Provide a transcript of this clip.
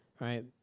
right